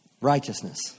Righteousness